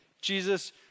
Jesus